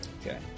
Okay